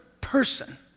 person